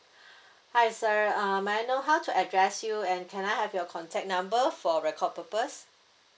hi sir uh may I know how to address you and can I have your contact number for record purpose